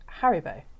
Haribo